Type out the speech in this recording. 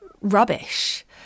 rubbish